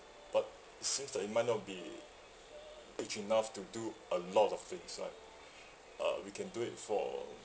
but seems that it might not be big enough to do a lot of things right uh we can do it for